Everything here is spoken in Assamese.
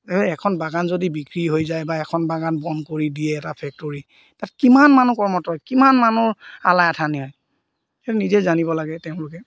এখন বাগান যদি বিক্ৰী হৈ যায় বা এখন বাগান বন্ধ কৰি দিয়ে এটা ফেক্টৰী তাত কিমান মানুহ কৰ্মৰত হয় কিমান মানুহৰ আলাই আঠানি হয় সেইটো নিজে জানিব লাগে তেওঁলোকে